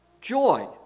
joy